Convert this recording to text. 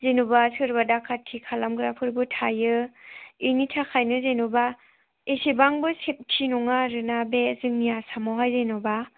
जेनेबा सोरबा डाखायथि खालामग्राफोरबो थायो बेनि थाखायनो जेनेबा एसेबांबो सेफ्टि नङा आरोना बे जोंनि आसामावहाय जेनेबा